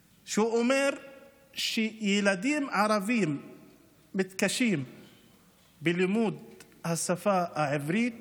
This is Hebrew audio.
הוא אומר שילדים ערבים מתקשים בלימוד השפה העברית